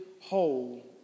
whole